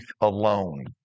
alone